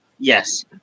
Yes